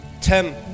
Tim